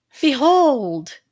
behold